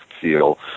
feel